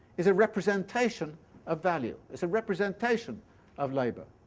is a representation of value, is a representation of labour.